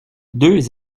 deux